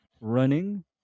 running